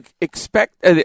Expect